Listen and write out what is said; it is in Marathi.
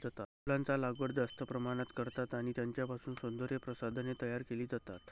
फुलांचा लागवड जास्त प्रमाणात करतात आणि त्यांच्यापासून सौंदर्य प्रसाधने तयार केली जातात